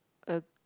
a